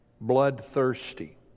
bloodthirsty